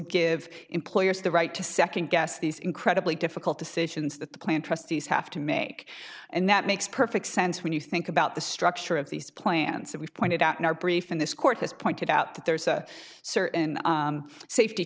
give employers the right to second guess these incredibly difficult decisions that the plan trustees have to make and that makes perfect sense when you think about the structure of these plans that we pointed out in our briefing this court has pointed out that there's a certain safety